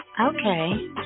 Okay